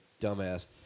dumbass